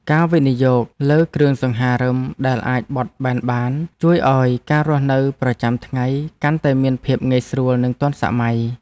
ការវិនិយោគលើគ្រឿងសង្ហារិមដែលអាចបត់បែនបានជួយឱ្យការរស់នៅប្រចាំថ្ងៃកាន់តែមានភាពងាយស្រួលនិងទាន់សម័យ។